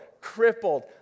crippled